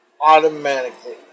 automatically